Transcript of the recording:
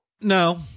No